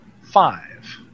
five